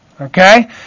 Okay